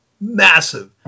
massive